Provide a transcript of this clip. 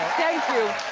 thank you.